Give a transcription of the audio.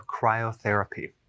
cryotherapy